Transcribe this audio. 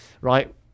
Right